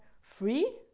free